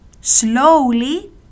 slowly